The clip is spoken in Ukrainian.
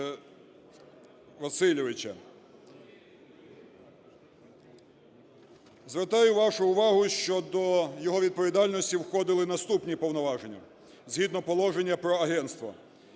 Дмитра Васильовича. Звертаю вашу увагу, що до його відповідальності входили наступні повноваження, згідно Положення про агентство.